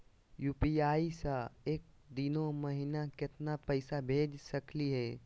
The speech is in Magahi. यू.पी.आई स एक दिनो महिना केतना पैसा भेज सकली हे?